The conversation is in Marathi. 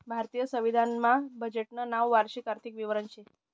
भारतीय संविधान मा बजेटनं नाव वार्षिक आर्थिक विवरण शे